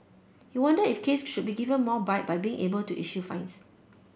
he wondered if Case should be given more bite by being able to issue fines